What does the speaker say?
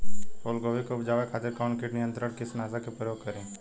फुलगोबि के उपजावे खातिर कौन कीट नियंत्री कीटनाशक के प्रयोग करी?